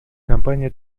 компания